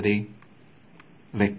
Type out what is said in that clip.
ವಿದ್ಯಾರ್ಥಿ ವೆಕ್ಟರ್